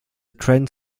trend